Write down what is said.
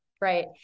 Right